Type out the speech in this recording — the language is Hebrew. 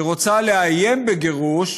היא רוצה לאיים בגירוש,